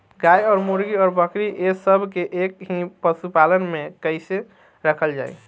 गाय और मुर्गी और बकरी ये सब के एक ही पशुपालन में कइसे रखल जाई?